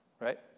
right